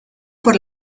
por